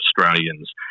Australians